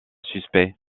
suspect